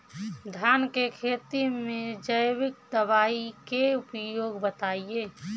धान के खेती में जैविक दवाई के उपयोग बताइए?